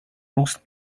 roast